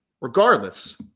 Regardless